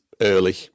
early